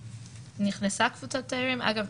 שאם נכנסה קבוצת תיירים אגב,